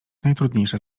najtrudniejsze